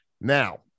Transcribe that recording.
now